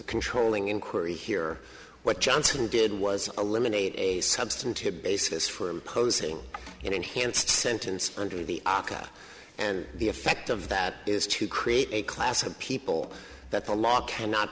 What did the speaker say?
controlling inquiry here what johnson did was a limb and a substantive basis for imposing an enhanced sentence under the aca and the effect of that is to create a class of people that the law cannot